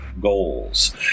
goals